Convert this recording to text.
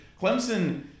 Clemson